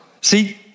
See